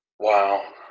Wow